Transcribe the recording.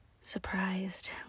Surprised